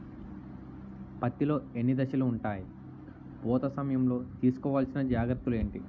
పత్తి లో ఎన్ని దశలు ఉంటాయి? పూత సమయం లో తీసుకోవల్సిన జాగ్రత్తలు ఏంటి?